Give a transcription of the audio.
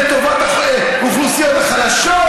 לטובת האוכלוסיות החלשות.